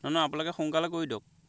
নহয় নহয় আপোনালোকে সোনকালে কৰি দিয়ক